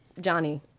Johnny